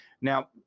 Now